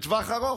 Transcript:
לטווח ארוך.